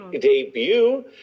debut